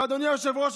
ואדוני היושב-ראש,